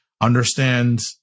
Understand